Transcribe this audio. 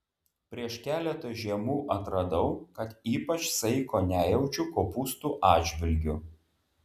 prieš keletą žiemų atradau kad ypač saiko nejaučiu kopūstų atžvilgiu